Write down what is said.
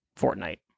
Fortnite